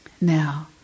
Now